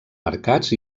mercats